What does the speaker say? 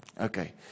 Okay